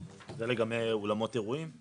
זה גם לאולמות אירועים.